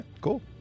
cool